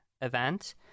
event